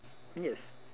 yes